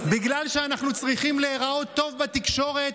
בגלל שאנחנו צריכים להיראות טוב בתקשורת,